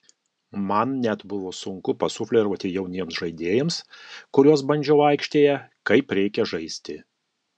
man net buvo sunku pasufleruoti jauniems žaidėjams kuriuos bandžiau aikštėje kaip reikia žaisti